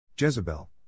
Jezebel